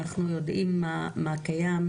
אנחנו יודעים מה קיים,